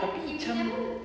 tapi macam